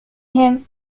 him